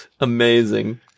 amazing